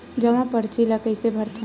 जमा परची ल कइसे भरथे?